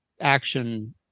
action